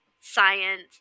science